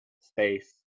space